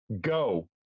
go